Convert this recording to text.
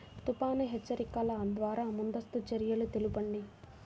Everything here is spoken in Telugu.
తుఫాను హెచ్చరికల ద్వార ముందస్తు చర్యలు తెలపండి?